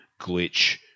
Glitch